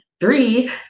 Three